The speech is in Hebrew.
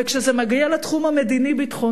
וכשזה מגיע לתחום המדיני-ביטחוני,